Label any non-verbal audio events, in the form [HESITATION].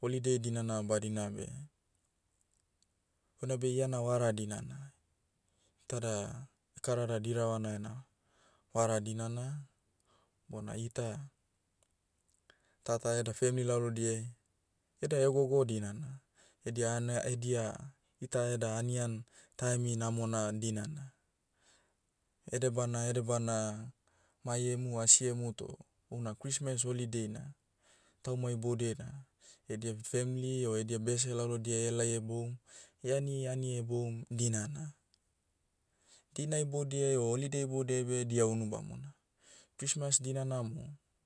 holiday dinana badina beh, houna be iena vara dinana. Tada, ekarada diravana ena, vara dinana, bona ita, tata eda femli lalodiai, eda hegogo dinana. Edia ana- edia- ita eda anian, taemi namona dinana. Ede bana ede bana, mai emu o asiemu toh, una christmas holiday na, tauma iboudiai na, edia femli o edia bese lalodiai ehelai heboum, [HESITATION] aniani hebou dinana. Dina iboudiai o holiday iboudiai beh dia unu bamona. Christmas dinana moh,